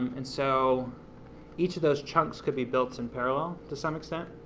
and so each of those chunks could be built in parallel to some extent,